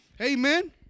Amen